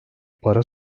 para